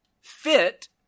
fit